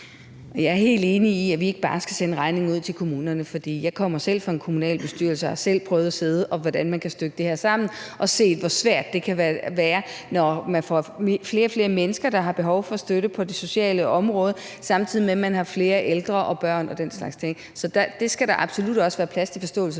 (SF): Jeg er helt enig i, at vi ikke bare skal sende regningen ud til kommunerne. Jeg kommer selv fra en kommunalbestyrelse og har selv prøvet at sidde med, hvordan man kan stykke det her sammen, og har set, hvor svært det kan være, når man får flere og flere mennesker, der har behov for støtte på det sociale område, samtidig med at man får flere ældre og børn og den slags ting, så det skal der absolut også være plads til forståelse for.